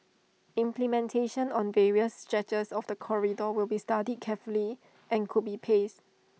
implementation on various stretches of the corridor will be studied carefully and could be paced